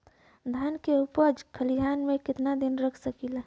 धान के उपज खलिहान मे कितना दिन रख सकि ला?